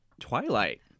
Twilight